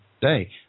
day